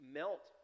melt